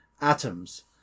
atoms